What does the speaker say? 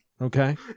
Okay